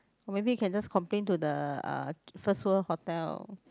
or maybe you can just complain to the uh First World Hotel